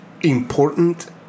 important